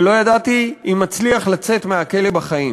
ולא ידעתי אם אצליח לצאת מהכלא בחיים.